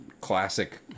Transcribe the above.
classic